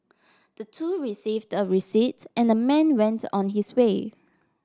the two received a receipt and the man went on his way